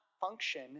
function